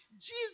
Jesus